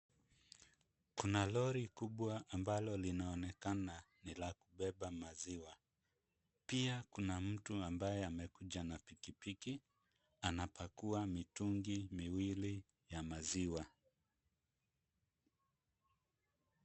Kuna lori kubwa ambalo linaonekana ni la kubeba maziwa. Pia kuna mtu ambaye amekuja na pikipiki, anapakua mitungi miwili ya maziwa.